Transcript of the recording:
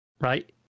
right